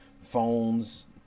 phones